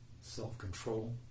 self-control